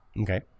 Okay